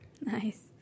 Nice